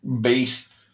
based